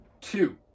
two